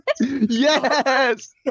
yes